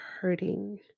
hurting